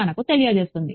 మనకు తెలియజేస్తుంది